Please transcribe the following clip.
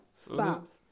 stops